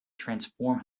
transform